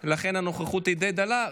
הנוכחות די דלה.